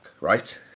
right